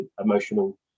emotional